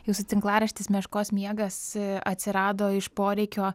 jūsų tinklaraštis meškos miegas atsirado iš poreikio